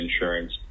insurance